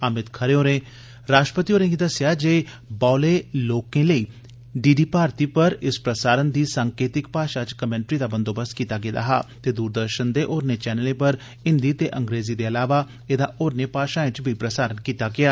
अमित खरे होरें राष्ट्रपति होरें गी दस्सेया जे बौले लोकें लेई डी डी भारती पर इस प्रसारण दी संकेतिक भाषा च कर्मेटरी दा बंदोबस्त कीता गेदा हा ते दूरदर्शन दे होरने चैनलें पर हिन्दी ते अंग्रेजी दे इलावा एदा होरने भाषाएं च बी प्रसारण कीता गेया